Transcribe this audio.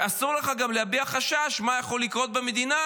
אסור לך גם להביע חשש מה יכול לקרות במדינה